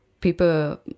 people